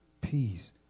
peace